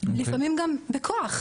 לפעמים גם בכוח.